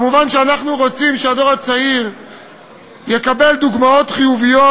מובן שאנחנו רוצים שהדור הצעיר יקבל דוגמאות חיוביות,